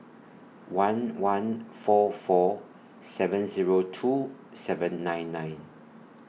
one one four four seven Zero two seven nine nine